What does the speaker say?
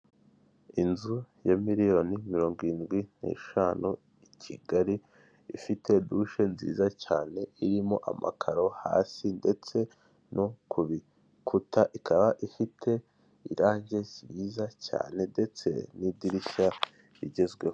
Inzu ya miliyoni mirongo irindwi n'eshanu i Kigali ifite dushe nziza cyane, irimo amakaro hasi ndetse no ku bikuta ikaba ifite irangi ryiza cyane ndetse n'idirishya rigezweho.